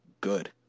good